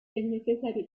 necesario